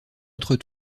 autre